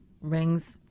rings